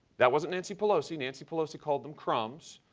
that wasn't nancy pelosi. nancy pelosi called them crumbs.